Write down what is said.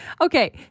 Okay